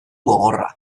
gogorra